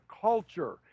culture